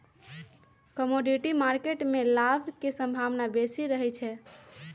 commodity market में लाभ के संभावना बेशी रहइ छै